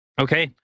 Okay